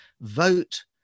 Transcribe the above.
vote